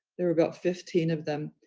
there are about fifteen of them,